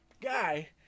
guy